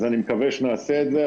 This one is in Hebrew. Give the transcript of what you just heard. אז אני מקווה שנעשה את זה.